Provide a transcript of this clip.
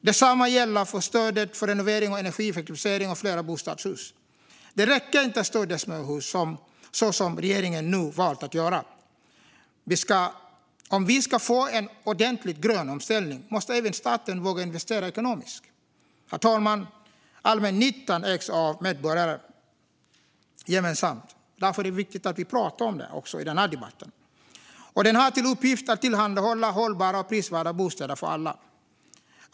Detsamma gäller stödet för renovering och energieffektivisering av fler bostadshus. Det räcker inte att stödja småhus, som regeringen nu valt att göra - om vi ska få en ordentlig grön omställning måste staten våga investera ekonomiskt. Herr talman! Allmännyttan ägs av medborgarna gemensamt. Därför är det viktigt att vi pratar även om den i den här debatten. Allmännyttan har till uppgift att tillhandahålla hållbara och prisvärda bostäder för alla.